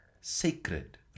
sacred